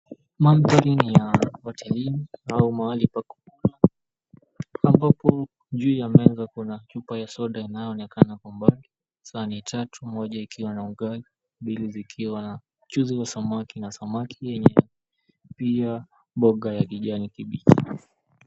Mandhari ya hotelini ama mahali pa kukula ambapo juu ya meza kuna chupa ya soda inaonekana Kwa mbali, sahani tatu zikiwa na ugali, mbili zikiwa na mchuuzi wa samaki na samaki lenyewe pia mboga ya kijani kibichi.